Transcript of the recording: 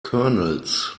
kernels